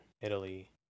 Italy